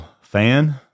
fan